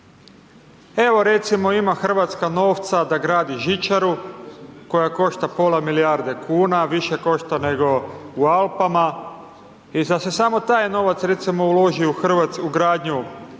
Evo, recimo, ima RH novca da gradi žičaru koja košta pola milijarde kuna, više košta nego u Alpama i da se samo taj novac, recimo, uloži u gradnju pruga